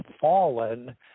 fallen